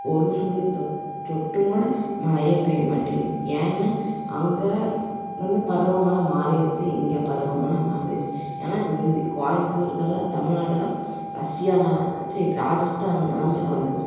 ஒரு துளி தொ சொட்டுங்கூட மழையே பெய்யமாட்டேங்குது ஏன்னா அங்கே வந்து பருவ மழை மாறிடுச்சி இங்கே பருவ மழை மாறிடுச்சி ஏனா இந்து கோயம்முத்தூரு இதெல்லாம் தமிழ்நாடுலாம் ரஷ்யா நாடு ச்சீ ராஜஸ்தான் நிலைமையில வந்துடுச்சி